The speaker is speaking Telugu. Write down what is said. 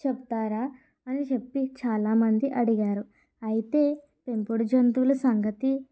చెప్తారా అని చెప్పి చాలా మంది అడిగారు అయితే పెంపుడు జంతువుల సంగతి